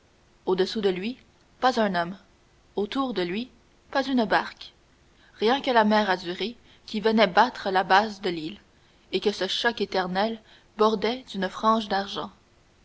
au-dessous de lui pas un homme autour de lui pas une barque rien que la mer azurée qui venait battre la base de l'île et que ce choc éternel bordait d'une frange d'argent